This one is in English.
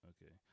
Okay